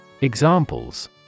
Examples